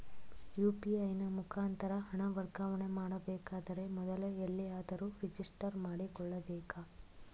UPI ನ ಮುಖಾಂತರ ಹಣ ವರ್ಗಾವಣೆ ಮಾಡಬೇಕಾದರೆ ಮೊದಲೇ ಎಲ್ಲಿಯಾದರೂ ರಿಜಿಸ್ಟರ್ ಮಾಡಿಕೊಳ್ಳಬೇಕಾ?